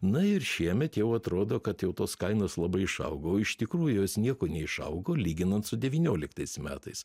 na ir šiemet jau atrodo kad jau tos kainos labai išaugo o iš tikrųjų jos nieko neišaugo lyginant su devynioliktais metais